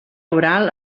oral